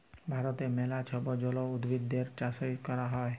ভারতে ম্যালা ছব জলজ উদ্ভিদেরলে চাষট ক্যরা হ্যয়